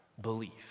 belief